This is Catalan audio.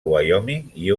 wyoming